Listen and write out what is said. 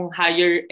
higher